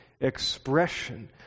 expression